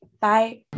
Bye